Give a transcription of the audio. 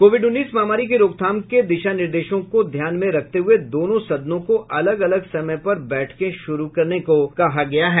Covid उन्नीस महामारी की रोकथाम के दिशा निर्देशों को ध्यान में रखते हुए दोनों सदनों को अलग अलग समय पर बैठकें शुरू करने को कहा गया है